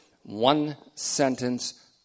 one-sentence